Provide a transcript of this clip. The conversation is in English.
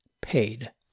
paid